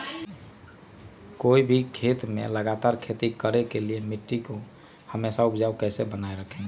कोई भी खेत में लगातार खेती करने के लिए मिट्टी को हमेसा उपजाऊ कैसे बनाय रखेंगे?